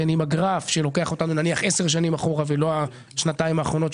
עם הגרף שלוקח אותנו 10 שנים אחורה ולא שנתיים אחורה,